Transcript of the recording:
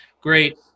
Great